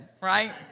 right